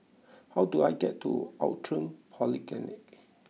how do I get to Outram Polyclinic